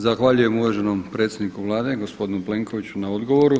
Zahvaljujem uvaženom predsjedniku Vlade gospodinu Plenkoviću na odgovoru.